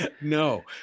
No